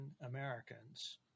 Americans